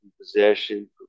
possession